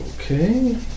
Okay